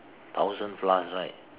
thousand plus right